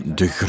de